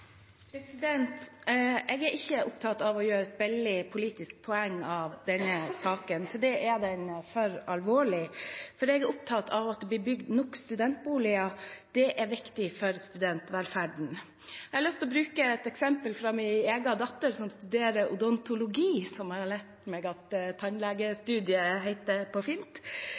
Jeg er ikke opptatt av å gjøre et billig politisk poeng av denne saken, til det er den for alvorlig. Jeg er opptatt av at det blir bygd nok studentboliger – det er viktig for studentvelferden. Jeg har lyst til å bruke et eksempel fra min egen datter, som studerer odontologi, som jeg har lært meg at tannlegestudiet heter på fint.